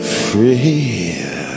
free